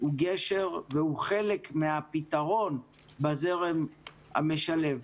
הוא גשר, והוא חלק מהפתרון בזרם המשלב.